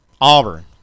Auburn